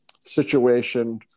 situation